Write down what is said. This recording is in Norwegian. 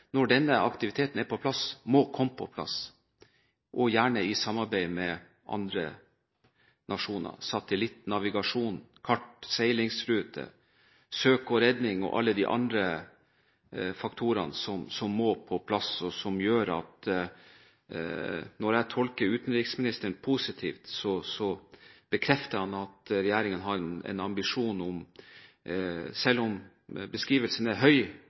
når denne aktiviteten er på plass, må komme på plass, og gjerne i samarbeid med andre nasjoner – satellittnavigasjon, kart, seilingsruter, søk og redning og alle de andre faktorene som må på plass. Når jeg tolker utenriksministeren positivt, er det fordi han bekrefter at regjeringen har en ambisjon om – selv om fokuset er høy